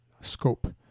scope